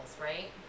right